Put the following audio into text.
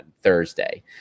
Thursday